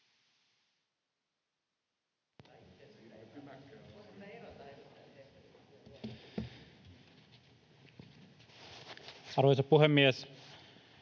Arvoisa puhemies!